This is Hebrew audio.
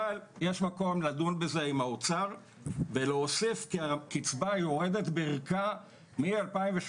אבל יש מקום לדון בזה עם האוצר ולהוסיף כי הקצבה יורדת בערכה מ-2018.